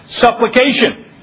supplication